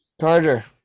Carter